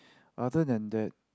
other than that